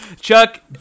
Chuck